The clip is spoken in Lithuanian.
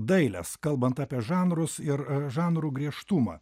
dailės kalbant apie žanrus ir žanrų griežtumą